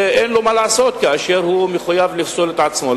ואין לו מה לעשות כאשר הוא מחויב לפסול את עצמו.